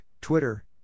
Twitter